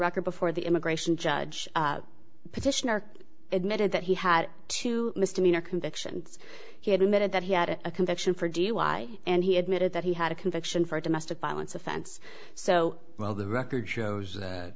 record before the immigration judge petitioner admitted that he had two misdemeanor convictions he admitted that he had a conviction for dui and he admitted that he had a conviction for domestic violence offense so well the record shows